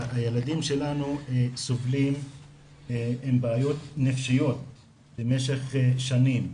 הילדים שלנו סובלים עם בעיות נפשיות במשך שנים.